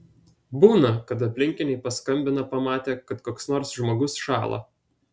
būna kad aplinkiniai paskambina pamatę kad koks nors žmogus šąla